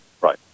right